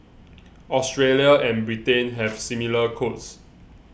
Australia and Britain have similar codes